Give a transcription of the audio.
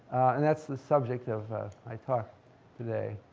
and that's the subject of my talk today.